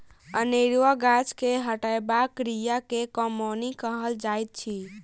अनेरुआ गाछ के हटयबाक क्रिया के कमौनी कहल जाइत अछि